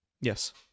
Yes